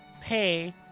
pay